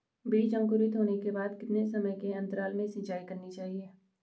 बीज अंकुरित होने के बाद कितने समय के अंतराल में सिंचाई करनी चाहिए?